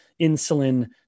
insulin